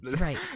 Right